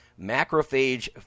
macrophage